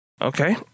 Okay